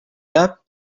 cap